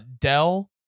Dell